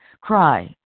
cry